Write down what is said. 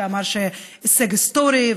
שאמר שזה הישג היסטורי,